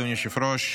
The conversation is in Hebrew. אדוני היושב-ראש,